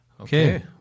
Okay